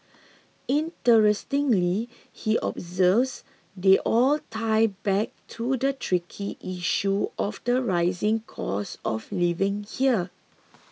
interestingly he observes they all tie back to the tricky issue of the rising cost of living here